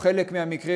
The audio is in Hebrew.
או חלק מהמקרים,